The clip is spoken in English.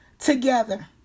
Together